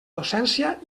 docència